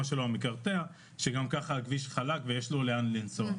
המקרטע שלו כשהכביש חלק ויש לו לאן לנסוע.